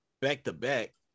Back-to-back